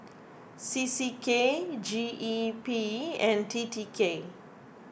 C C K G E P and T T K